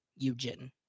Yujin